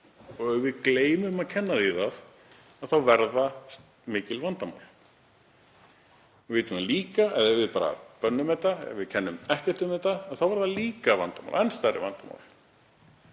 Ef við gleymum að kenna því það þá koma upp mikil vandamál. Við vitum líka að ef við bönnum þetta bara, ef við kennum ekkert um þetta, þá verður það líka vandamál, enn stærra vandamál.